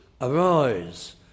Arise